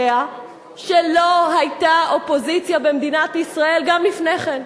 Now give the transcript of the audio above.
שלא היתה אופוזיציה במדינת ישראל גם לפני כן,